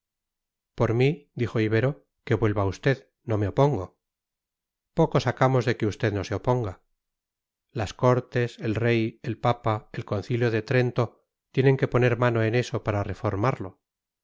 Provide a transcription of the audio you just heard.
por mí dijo ibero que vuelva usted no me opongo poco sacamos de que usted no se oponga las cortes el rey el papa el concilio de trento tienen que poner mano en eso para reformarlo